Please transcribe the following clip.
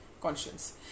conscience